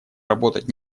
работать